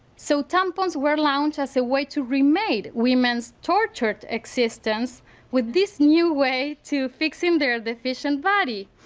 so tampons were launched as a way to remake woman's tortured existence with this new way to fixing their deficient body.